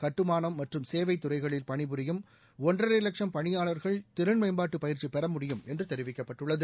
கட்டுமானம் மற்றும் சேவை துறைகளில் பணிபுரியும் ஒன்றரை லட்சும் பணியாளர்கள் திறன் மேம்பாட்டு பயிற்சி பெற முடியும் என்று தெரிவிக்கப்பட்டுள்ளது